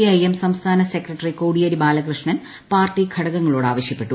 I M സംസ്ഥാന secretary Kodiyeri Balakrishnan പാർട്ടി ഘടകങ്ങളോട് ആവശ്യപ്പെട്ടു